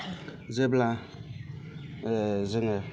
जेब्ला जोङो